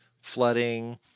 flooding